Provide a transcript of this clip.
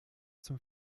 zum